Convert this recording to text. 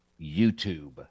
YouTube